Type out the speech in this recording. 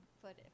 footage